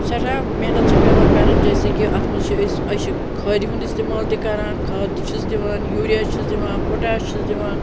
سٮ۪ٹھاہ محنت چھِ پیٚوان کَرٕنۍ جیسے کہِ اَتھ منٛز چھِ أسۍ أسۍ چھِ کھادِ ہُنٛد اِستعمال تہِ کَران کھاد تہِ چھِس دِوان یوٗریہ چھِس دِوان پۄٹاش چھِس دِوان